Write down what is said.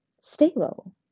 stable